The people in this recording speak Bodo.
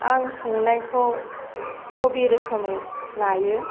आं संनायखौ हबि रोखोमै लायो